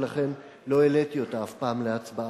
ולכן לא העליתי אותה אף פעם להצבעה.